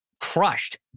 crushed